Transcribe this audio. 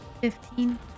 fifteen